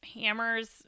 hammers